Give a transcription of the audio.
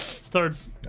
starts